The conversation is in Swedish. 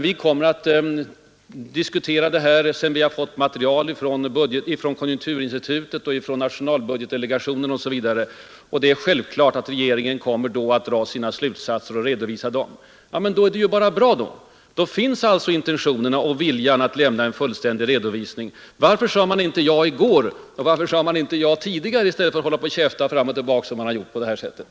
Vi kommer att diskutera detta när vi fått material från konjunkturinstitutet, från nationalbudgetdelegationen osv. och att det är självklart att regeringen då kommer att dra sina slutsatser och redovisa dem. Ja, men då är det bara bra. Då finns alltså intentionerna och viljan att lämna den fullständiga redovisningen som vi har begärt. Varför sade man inte ja i går, och varför sade man inte ja tidigare i dag i stället för att hålla på att ”käfta” fram och tillbaka på det sätt som skett.